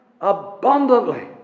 abundantly